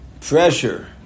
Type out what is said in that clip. pressure